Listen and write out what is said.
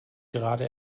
gerade